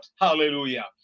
hallelujah